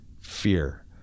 fear